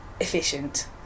efficient